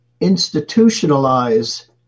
institutionalize